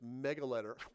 mega-letter